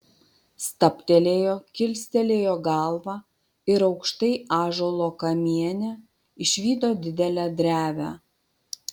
stabtelėjo kilstelėjo galvą ir aukštai ąžuolo kamiene išvydo didelę drevę